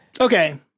Okay